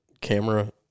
camera